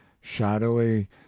shadowy